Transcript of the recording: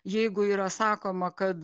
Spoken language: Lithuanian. jeigu yra sakoma kad